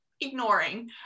ignoring